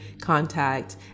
contact